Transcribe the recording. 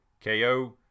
KO